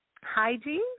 hygiene